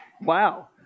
Wow